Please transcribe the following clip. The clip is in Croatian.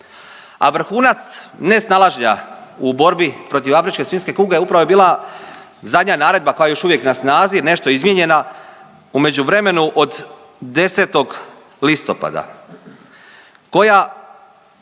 A vrhunac nesnalaženja u borbi protiv afričke svinjske kuge upravo je bila zadnja naredba koja je još uvijek na snazi nešto izmijenjena u međuvremenu od 10. listopada koja